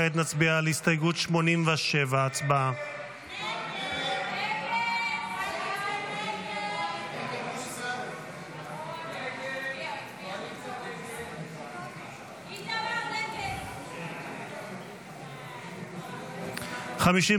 כעת נצביע על הסתייגות 87. הצבעה.